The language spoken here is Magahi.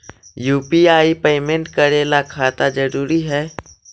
यु.पी.आई पेमेंट करे ला खाता जरूरी है?